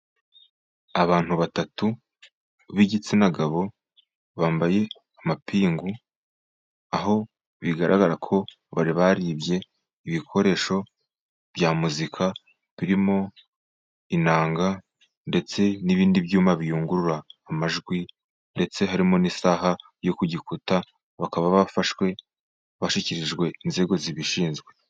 Abantu batatu b'igitsina gabo bambaye amapingu, aho bigaragara ko baribye ibikoresho bya muzika birimo inanga ndetse n'ibindi byuma biyungurura amajwi, ndetse harimo n'isaha yo ku gikuta, bakaba bafashwe bashyikirijwe inzego zibishinzwe.